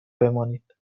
بمانید